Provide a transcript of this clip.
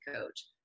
coach